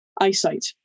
Eyesight